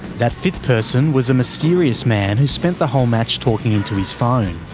that fifth person was a mysterious man who spent the whole match talking into his phone,